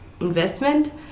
investment